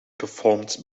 performed